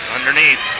Underneath